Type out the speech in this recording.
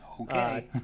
Okay